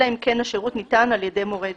אלא אם כן השירות ניתן על ידי מורה דרך.